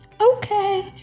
Okay